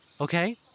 Okay